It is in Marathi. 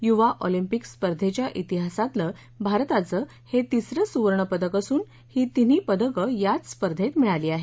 यूवा ऑलिंपिक स्पर्धेच्या इतिहासातलं भारताचं हे तिसरं सुवर्णपदकं असुन ही तिन्ही पदकं याच स्पर्धेत मिळाली आहेत